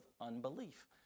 unbelief